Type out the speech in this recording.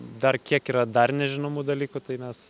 dar kiek yra dar nežinomų dalykų tai mes